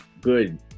good